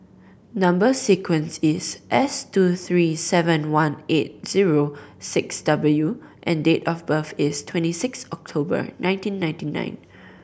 number sequence is S two three seven one eight zero six W and date of birth is twenty six October nineteen ninety nine